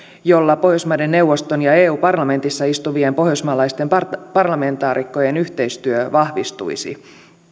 joilla pohjoismaiden neuvoston ja eu parlamentissa istuvien pohjoismaalaisten parlamentaarikkojen yhteistyö vahvistuisi